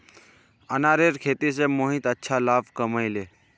अनारेर खेती स मोहित अच्छा लाभ कमइ ले